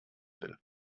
will